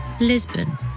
Lisbon